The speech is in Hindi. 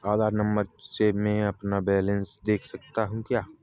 आधार नंबर से मैं अपना बैलेंस कैसे देख सकता हूँ?